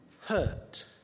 hurt